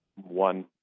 one